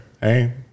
Hey